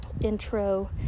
intro